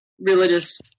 religious